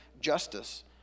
justice